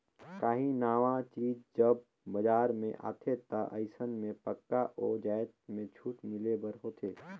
काहीं नावा चीज जब बजार में आथे ता अइसन में पक्का ओ जाएत में छूट मिले बर होथे